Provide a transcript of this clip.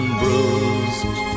bruised